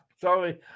Sorry